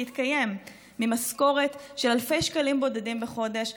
להתקיים ממשכורת של אלפי שקלים בודדים בחודש,